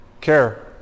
Care